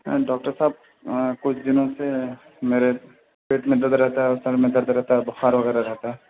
ہاں ڈاکٹر صاحب کچھ دنوں سے میرے پیٹ میں درد رہتا ہے اور سر میں درد رہتا ہے بخار وغیرہ رہتا ہے